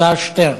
הצעות מס' 2209,